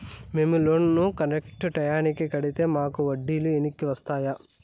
మేము loan correct టైముకి కట్టితే మాకు వడ్డీ లు వెనక్కి వస్తాయా?